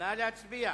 נא להצביע.